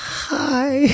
hi